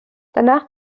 danach